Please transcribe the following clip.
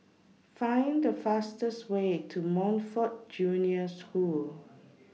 Find The fastest Way to Montfort Junior School